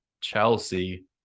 Chelsea